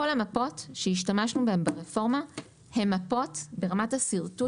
כל המפות שהשתמשנו בהן ברפורמה הן מפות ברמת השרטוט